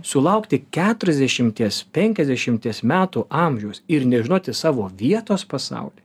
sulaukti keturiasdešimties penkiasdešimties metų amžiaus ir nežinoti savo vietos pasauly